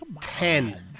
Ten